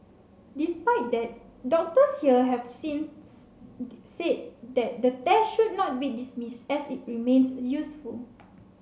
despite that doctors here have since said that the test should not be dismissed as it remains useful